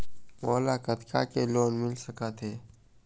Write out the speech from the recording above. मोला कतका के लोन मिल सकत हे?